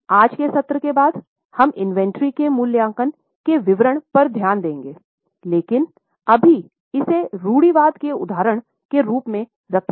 आज़ के सत्र के बाद हम इन्वेंट्री के मूल्यांकन के विवरण पर ध्यान देंगे लेकिन अभी इसे रूढ़िवाद के उदाहरण के रूप में रखें